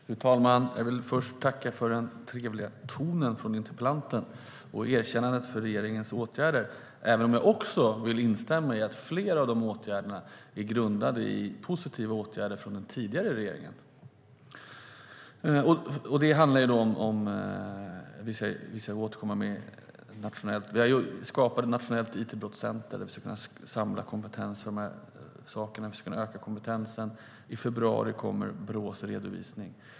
Fru talman! Jag tackar för interpellantens trevliga ton och för erkännandet av regeringens åtgärder. Jag instämmer i att flera av dessa grundar sig på positiva åtgärder från den tidigare regeringen. Vi har till exempel skapat ett nationellt it-brottscenter där vi ska samla och öka kompetensen i dessa frågor, och i februari kommer Brås redovisning.